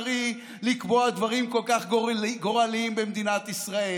ומוסרי לקבוע דברים כל כך גורלי גורליים במדינת ישראל.